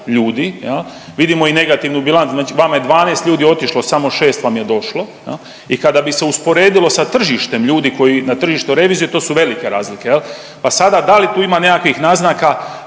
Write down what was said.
vidimo i negativnu bilancu, znači vama je 12 ljudi otišlo, samo 6 vam je došlo jel i kada bi se usporedilo sa tržištem ljudi koji, na tržištu revizije, to su velike razlike jel, pa sada da li tu ima nekakvih naznaka